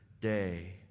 day